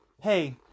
hey